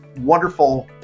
wonderful